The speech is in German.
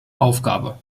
aufgabe